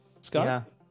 Scott